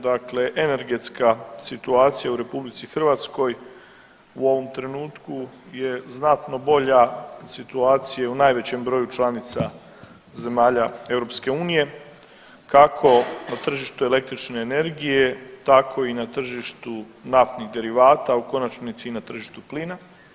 Dakle, energetska situacija u RH u ovom trenutku je znatno bolja situacije u najvećem broju članica zemalja EU kako na tržištu električne energije tako i na tržištu naftnih derivata, a u konačnici i na tržištu plina.